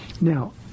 Now